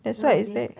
that's why it's bet~